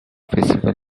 festival